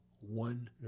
one